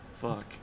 Fuck